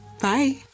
Bye